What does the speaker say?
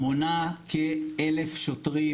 מונה כ-1,000 שוטרים,